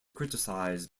criticize